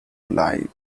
leigh